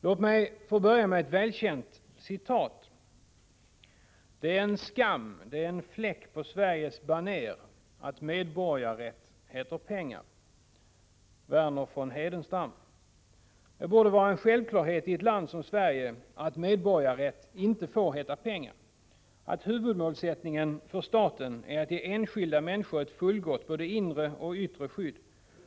Låt mig sedan återge ett citat av Verner von Heidenstam: ”Det är skam, det är fläck på Sveriges baner att medborgarrätt heter pengar.” Det borde vara en självklarhet i ett land som Sverige att medborgarrätt inte får heta pengar, att huvudmålsättningen för staten är att ge enskilda människor ett fullgott både inre och yttre skydd.